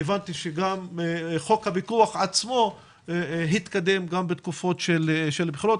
והבנתי שגם חוק הפיקוח עצמו התקדם בתקופות של בחירות.